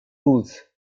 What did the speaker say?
rules